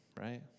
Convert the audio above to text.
right